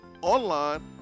online